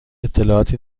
اطلاعاتی